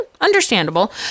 understandable